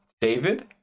David